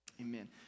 amen